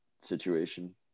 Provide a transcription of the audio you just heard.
situation